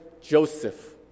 Joseph